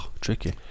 Tricky